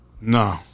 No